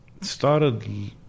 started